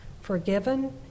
forgiven